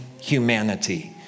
humanity